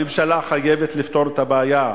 הממשלה חייבת לפתור את הבעיה,